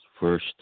first